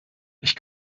ich